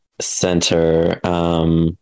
center